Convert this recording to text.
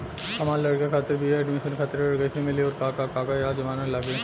हमार लइका खातिर बी.ए एडमिशन खातिर ऋण कइसे मिली और का का कागज आ जमानत लागी?